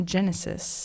Genesis